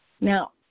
Now